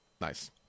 nice